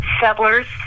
settlers